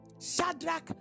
Shadrach